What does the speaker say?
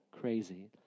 crazy